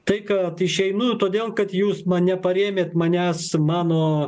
tai kad išeinu todėl kad jūs ma neparėmėt manęs mano